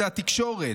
זו התקשורת,